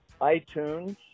iTunes